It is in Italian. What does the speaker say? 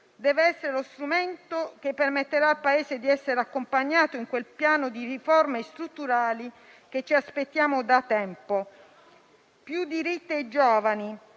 Deve essere lo strumento che permetterà al Paese di essere accompagnato in quel piano di riforme strutturali che aspettiamo da tempo. Più diritti ai giovani